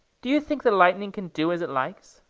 do you think the lightning can do as it likes?